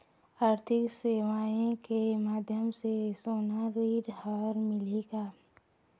आरथिक सेवाएँ के माध्यम से सोना ऋण हर मिलही का?